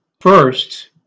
First